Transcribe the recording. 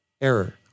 error